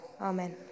Amen